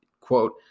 quote